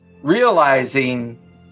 realizing